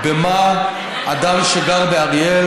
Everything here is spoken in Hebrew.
למה אדם שגר באריאל